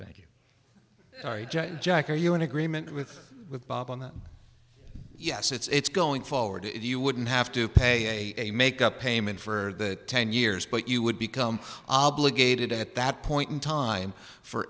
thank you jack are you in agreement with with bob on that yes it's going forward if you wouldn't have to pay a make up payment for the ten years but you would become obligated to at that point in time for